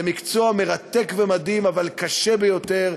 זה מקצוע מרתק ומדהים, אבל קשה ביותר.